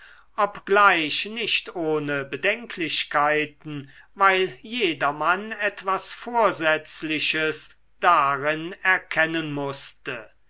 obgleich nicht ohne bedenklichkeiten weil jedermann etwas vorsätzliches darin erkennen mußte